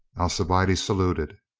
alcibiade saluted.